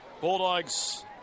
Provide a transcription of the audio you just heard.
Bulldogs